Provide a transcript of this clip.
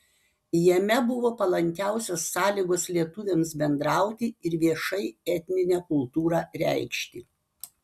jame buvo palankiausios sąlygos lietuviams bendrauti ir viešai etninę kultūrą reikšti